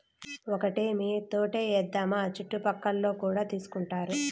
ఒక్కటేమీ తోటే ఏద్దాము చుట్టుపక్కలోల్లు కూడా తీసుకుంటారు